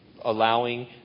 allowing